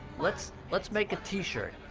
let's let's make a t-shirt.